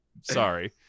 Sorry